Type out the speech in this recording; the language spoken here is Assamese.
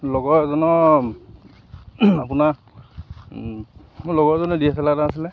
লগৰ এজনৰ আপোনাৰ মোৰ লগৰ এজনৰ ডি এছ এল আৰ এটা আছিলে